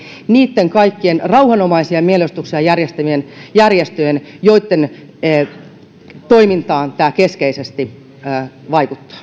niitten kaikkien rauhanomaisia mielenosoituksia järjestävien järjestöjen joitten toimintaan tämä keskeisesti vaikuttaa